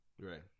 Right